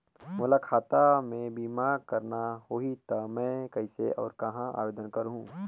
मोला खाता मे बीमा करना होहि ता मैं कइसे और कहां आवेदन करहूं?